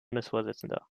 bundesvorsitzender